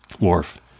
Worf